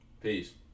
Peace